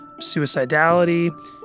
suicidality